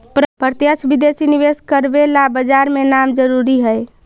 प्रत्यक्ष विदेशी निवेश करवे ला बाजार में नाम जरूरी है